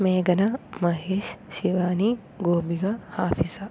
മേഘന Mahesh Shivani Gopika Hafisa